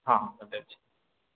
ହଁ ହଁ ଯାଉଛି